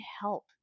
help